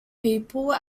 people